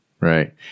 right